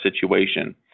situation